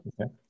Okay